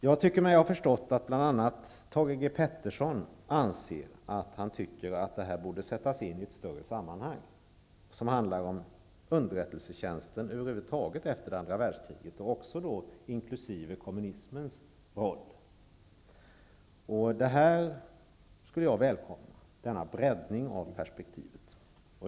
Jag tycker mig ha förstått att bl.a. Thage G. Peterson anser att detta borde sättas in i ett större sammanhang, att det handlar om underrättelsetjänsten över huvud taget efter andra världskriget inkl. kommunismens roll. Jag välkomnar denna breddning av perspektivet.